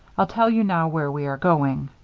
i'll tell you now where we are going.